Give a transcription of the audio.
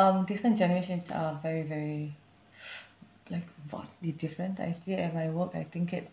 um different generations are very very like vastly different I see it if I walk I think it's